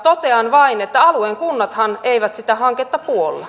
totean vain että alueen kunnathan eivät sitä hanketta puolla